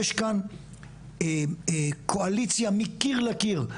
יש כאן קואליציה מקיר לקיר,